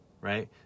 right